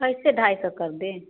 कैसे ढाई सौ कर दें